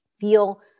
feel